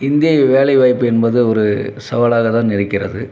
இந்திய வேலைவாய்ப்பு என்பது ஒரு சவாலாக தான் இருக்கிறது